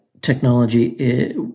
technology